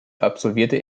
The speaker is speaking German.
absolvierte